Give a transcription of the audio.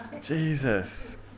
Jesus